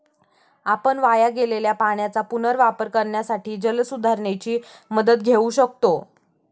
आपण वाया गेलेल्या पाण्याचा पुनर्वापर करण्यासाठी जलसुधारणेची मदत घेऊ शकतो